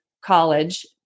college